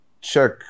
check